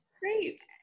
Great